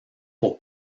pour